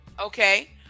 okay